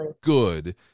good